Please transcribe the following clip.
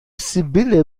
sibylle